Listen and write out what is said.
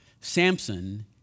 Samson